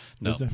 No